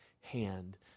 hand